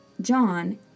John